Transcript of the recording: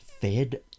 fed